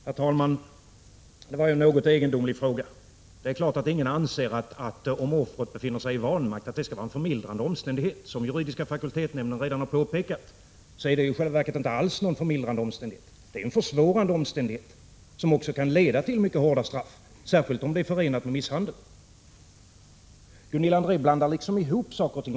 Herr talman! Det var en något egendomlig fråga. Det är klart att ingen anser att det skall vara en förmildrande omständighet att offret befinner sig i vanmakt. Som juridiska fakultetsnämnden redan har påpekat är det i själva verket en försvårande omständighet, som också kan leda till mycket hårda straff, särskilt om det är förenat med misshandel. Gunilla André blandar liksom ihop saker och ting.